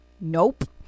Nope